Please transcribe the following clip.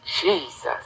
Jesus